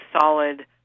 solid